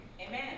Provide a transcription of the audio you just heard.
Amen